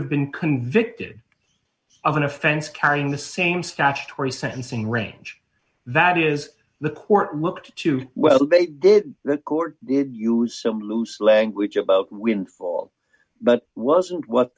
have been convicted of an offense carrying the same statutory sentencing range that is the court looked to well they did that court did use some loose language about when for but wasn't what